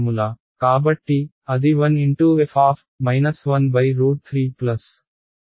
కాబట్టి అది 1 x f 1√31 x f1√3 అవుతుంది